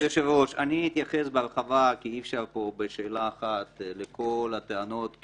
כי אי אפשר פה בשאלה אחת להעלות את כל הטענות.